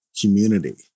community